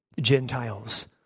Gentiles